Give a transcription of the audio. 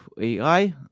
AI